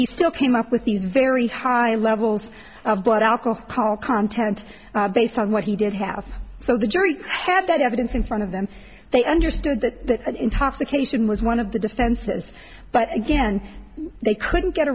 he still came up with these very high levels of blood alcohol content based on what he did have so the jury had that evidence in front of them they understood that intoxication was one of the defenses but again they couldn't get